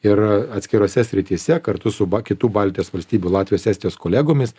ir atskirose srityse kartu su ba kitų baltijos valstybių latvijos estijos kolegomis